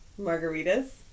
Margaritas